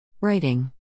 Writing